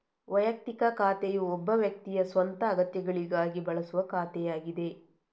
ವೈಯಕ್ತಿಕ ಖಾತೆಯು ಒಬ್ಬ ವ್ಯಕ್ತಿಯ ಸ್ವಂತ ಅಗತ್ಯಗಳಿಗಾಗಿ ಬಳಸುವ ಖಾತೆಯಾಗಿದೆ